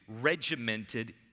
regimented